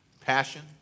passion